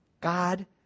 God